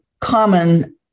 common